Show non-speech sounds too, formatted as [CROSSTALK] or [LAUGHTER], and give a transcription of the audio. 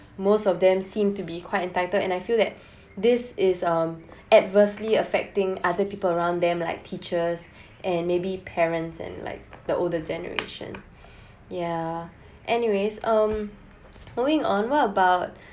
most of them seem to be quite entitled and I feel that [BREATH] this is um adversely affecting other people around them like teachers [BREATH] and maybe parents and like the older generation [BREATH] ya anyways um flowing on what about [BREATH]